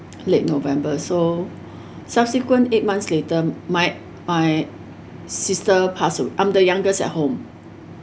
late november so subsequent eight months later my my sister pass a~ I'm the youngest at home